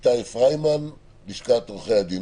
איתי פריימן מלשכת עורכי הדין.